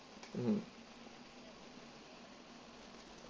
mm